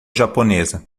japonesa